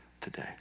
today